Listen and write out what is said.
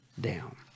down